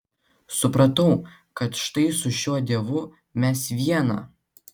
supratau kad štai su šiuo dievu mes viena